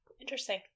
interesting